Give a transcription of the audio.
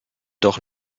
doch